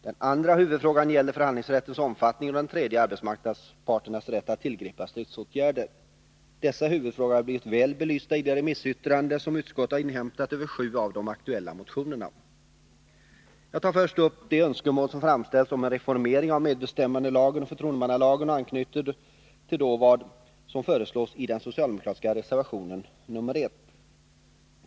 Den andra huvudfrågan gäller förhandlingsrättens omfattning och den tredje arbetsmarknadsparternas rätt att tillgripa stridsåtgärder. Dessa huvudfrågor har blivit väl belysta i de remissyttranden som utskottet har inhämtat över sju av de aktuella motionerna. Jag tar först upp de önskemål som har framställts om en reformering av medbestämmandelagen och förtroendemannalagen och anknyter då till vad som föreslås i den socialdemokratiska reservationen 1.